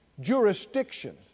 jurisdiction